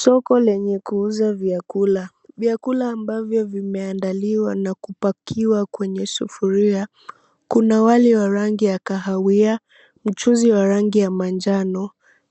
Soko lenye kuuza vyakula. Vyakula ambavyo vimeandaliwa na kupakiwa kwenye sufuria. Kuna wali wa rangi ya kahawia, mchuzi wa rangi ya manjano,